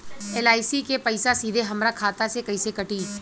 LIC के पईसा सीधे हमरा खाता से कइसे कटी?